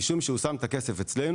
משום שהוא שם את הכסף אצלנו.